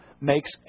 makes